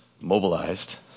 mobilized